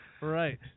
right